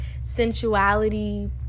sensuality